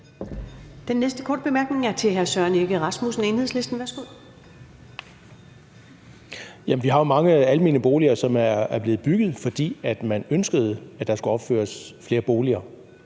Den næste korte bemærkning er til hr. Søren Egge Rasmussen, Enhedslisten. Værsgo. Kl. 12:12 Søren Egge Rasmussen (EL): Vi har jo mange almene boliger, som er blevet bygget, fordi man ønskede, at der skulle opføres flere boliger.